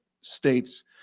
states